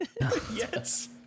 Yes